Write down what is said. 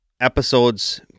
episodes